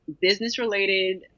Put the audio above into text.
business-related